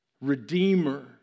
redeemer